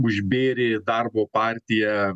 užbėrė darbo partija